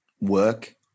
work